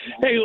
Hey